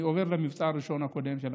אני עובר למבצע הראשון שלנו, הקודם.